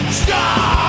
Stop